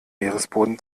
meeresboden